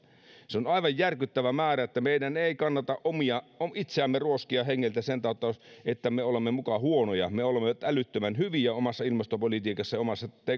se on aivan järkyttävä määrä eli meidän ei kannata itseämme ruoskia hengiltä sen tautta että me olemme muka huonoja me olemme älyttömän hyviä omassa ilmastopolitiikassamme ja omassa